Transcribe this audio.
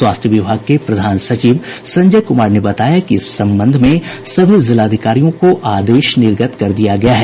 स्वास्थ्य विभाग के प्रधान सचिव संजय कुमार ने बताया कि इस संबंध में सभी जिलाधिकारियों को आदेश निर्गत कर दिया गया है